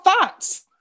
thoughts